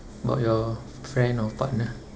about your friend or partner